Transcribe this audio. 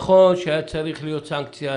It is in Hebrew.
נכון שהייתה צריכה להיות סנקציה.